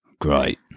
Great